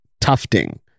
tufting